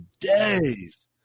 days